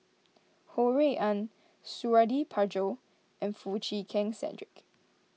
Ho Rui An Suradi Parjo and Foo Chee Keng Cedric